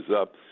up